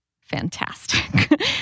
fantastic